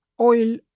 oil